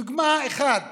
דוגמה אחת